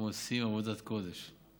הם עושים עבודת קודש.